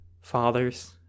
fathers